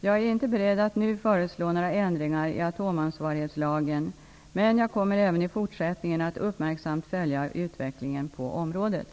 Jag är inte beredd att nu föreslå några ändringar i atomansvarighetslagen, men jag kommer även i fortsättningen att uppmärksamt följa utvecklingen på området.